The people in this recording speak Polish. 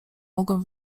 mogłem